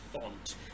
font